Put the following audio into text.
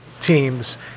teams